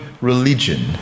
religion